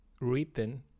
written